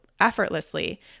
effortlessly